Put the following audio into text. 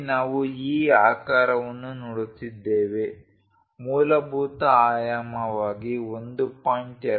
ಇಲ್ಲಿ ನಾವು ಈ ಆಕಾರವನ್ನು ನೋಡುತ್ತಿದ್ದೇವೆ ಮೂಲಭೂತ ಆಯಾಮವಾಗಿ 1